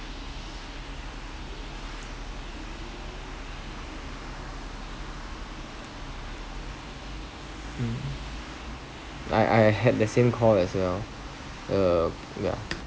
mm I I had the same call as well uh yeah